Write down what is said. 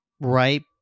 right